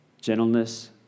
gentleness